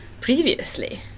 previously